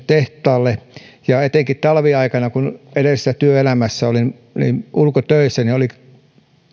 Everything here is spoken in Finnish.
tehtaalle etenkin talviaikana kun edellisessä työelämässäni olin ulkotöissä oli